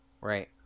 Right